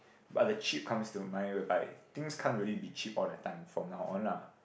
but the cheap comes to mind will buy things can't really be cheap all the time from now on lah